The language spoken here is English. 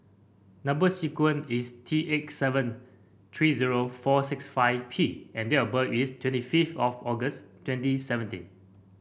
number sequence is T eight seven three zero four six five P and date of birth is twenty fifth of August twenty seventeen